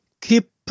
keep